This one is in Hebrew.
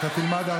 אתה תלמד,